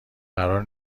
قرار